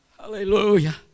Hallelujah